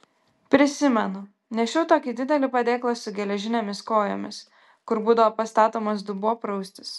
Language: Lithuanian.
prisimenu nešiau tokį didelį padėklą su geležinėmis kojomis kur būdavo pastatomas dubuo praustis